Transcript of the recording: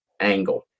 angle